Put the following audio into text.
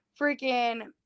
freaking